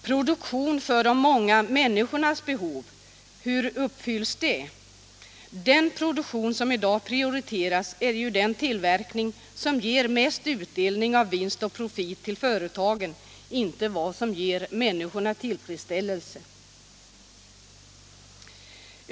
Produktion för de många människornas behov — hur uppfylls det kravet? Vad som i dag prioriteras är den produktion som ger mest utdelning av profit till företagen, inte vad som ger människorna tillfredsställelse.